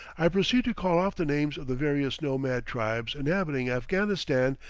i proceed to call off the names of the various nomad tribes inhabiting afghanistan,